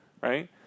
right